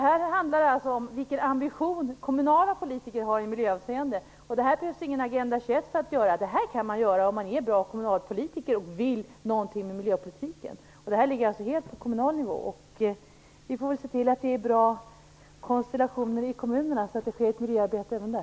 Här handlar det alltså om vilken ambition kommunala politiker har i miljöavseende. Det här behövs det ingen Agenda 21 för att göra. Det kan man göra om man är en bra kommunalpolitiker och vill någonting med miljöpolitiken. Detta ligger helt på kommunal nivå, och vi får väl se till att det finns bra konstellationer i kommunerna, så att det sker ett miljöarbete även där.